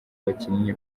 abakinnyi